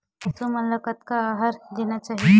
पशु मन ला कतना आहार देना चाही?